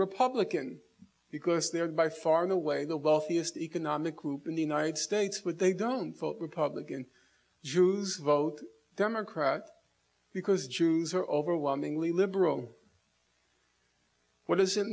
republican because they are by far and away the wealthiest economic group in the united states but they don't vote republican jews vote democrat because jews are overwhelmingly liberal what does it